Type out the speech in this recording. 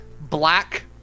black